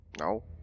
no